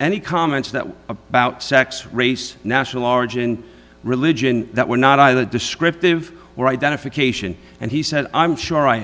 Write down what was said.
any comments that were about sex race national origin religion that were not either descriptive or identification and he said i'm sure i